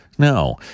No